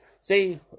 say